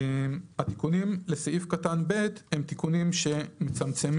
התיקונים לסעיף קטן (ב) הם תיקונים שמצמצמים